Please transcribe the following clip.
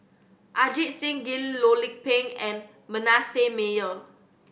Ajit Singh Gill Loh Lik Peng and Manasseh Meyer